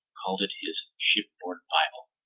called it his shipboard bible.